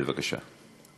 בבקשה.